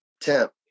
Temp